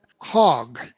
Hog